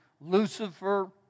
Lucifer